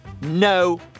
No